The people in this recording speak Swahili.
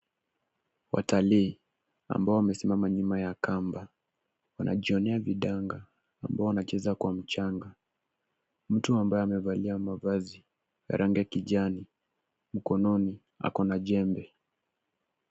Watalii ambao wamesimama nyuma ya kamba wanajionea vidanga ambao wanacheza kwa mchanga. Mtu ambaye amevalia mavazi ya rangi ya kijani mkononi akona jembe.